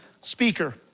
speaker